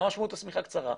מה משמעות המשיכה קצרה?